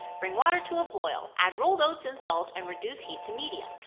bring water to a boil. add rolled oats and salt and reduce heat to medium.